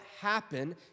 happen